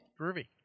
Groovy